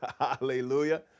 Hallelujah